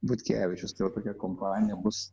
butkevičius tai va tokia kompanija bus